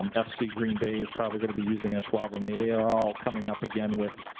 um fc green bay is probably going to be using ashwaubomay. they are all coming up, again, with